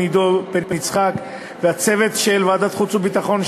עידו בן-יצחק והצוות של ועדת החוץ והביטחון,